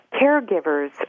Caregivers